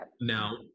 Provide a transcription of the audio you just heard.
Now